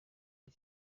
uko